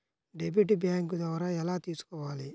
Debit bank ద్వారా ఎలా తీసుకోవాలి?